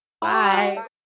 Bye